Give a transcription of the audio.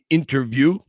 interview